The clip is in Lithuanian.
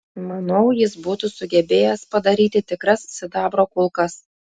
manau jis būtų sugebėjęs padaryti tikras sidabro kulkas